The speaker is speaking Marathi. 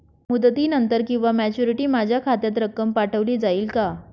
मुदतीनंतर किंवा मॅच्युरिटी माझ्या खात्यात रक्कम पाठवली जाईल का?